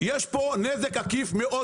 יש פה נזק עקיף מאוד,